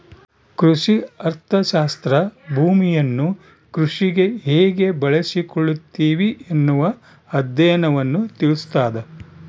ಕೃಷಿ ಅರ್ಥಶಾಸ್ತ್ರ ಭೂಮಿಯನ್ನು ಕೃಷಿಗೆ ಹೇಗೆ ಬಳಸಿಕೊಳ್ಳುತ್ತಿವಿ ಎನ್ನುವ ಅಧ್ಯಯನವನ್ನು ತಿಳಿಸ್ತಾದ